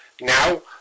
Now